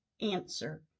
answer